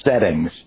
settings